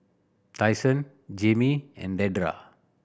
Tyson Jammie and Dedra